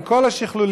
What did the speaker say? עם כל השכלולים,